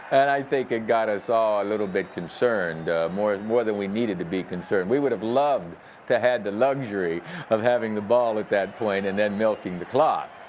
and i think it got us all a little bit concerned. more and more than we needed to be concerned. we would have loved to have had the luxury of having the ball at that point and then milking the clock.